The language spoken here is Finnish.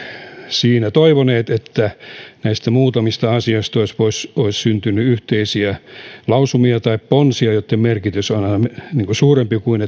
siinä toivoneet että näistä muutamista asioista olisi syntynyt yhteisiä lausumia tai ponsia joitten merkitys on suurempi kuin